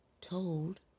told